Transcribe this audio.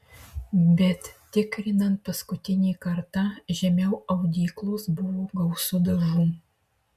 bet tikrinant paskutinį kartą žemiau audyklos buvo gausu dažų